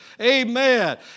Amen